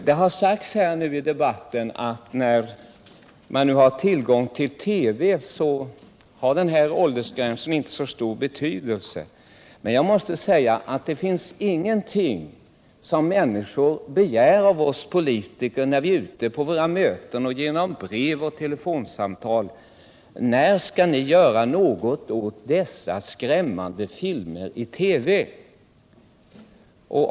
Det har sagts i debatten att när man nu har tillgång till TV har den här åldersgränsen inte så stor betydelse. Men jag måste säga att det är ingenting som människor frågar oss politiker mer om när vi är ute på våra möten samt i brev och i telefonsamtal till oss än detta: När skall ni göra något åt dessa skrämmande filmer i TV?